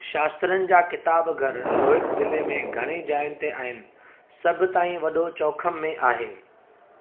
शास्त्रनि जा किताबघर लोहित ज़िले में घणेई जायुनि ते आहिनि सभु ताईं वॾो चौखम में आहे